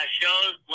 shows